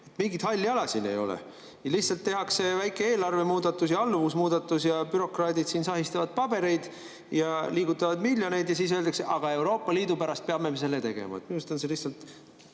Mingit halli ala siin ei ole. Lihtsalt tehakse väike eelarve- ja alluvusmuudatus, bürokraadid sahistavad pabereid, liigutavad miljoneid ja siis öeldakse: "Euroopa Liidu pärast peame me selle tegema." Minu arust on see lihtsalt